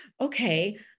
okay